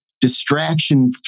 distraction